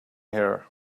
here